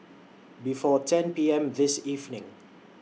before ten P M This evening